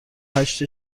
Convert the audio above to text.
هشت